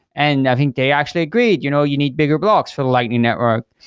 and i think they actually agree, you know you need bigger blocks for the lightning network.